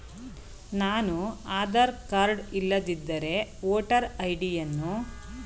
ನಾನು ಆಧಾರ ಕಾರ್ಡ್ ಇಲ್ಲದಿದ್ದರೆ voter ID ಯನ್ನು ಗುರುತಿನ ಚೀಟಿಯಾಗಿ ನೀಡಬಹುದೇ?